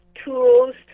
tools